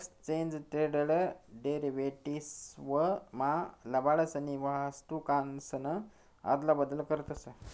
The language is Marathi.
एक्सचेज ट्रेडेड डेरीवेटीव्स मा लबाडसनी वस्तूकासन आदला बदल करतस